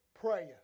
Prayer